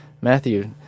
Matthew